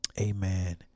Amen